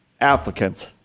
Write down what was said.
applicants